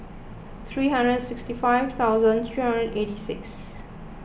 three hundred and sixty five thousand three hundred eighty six